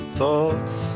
thoughts